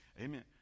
amen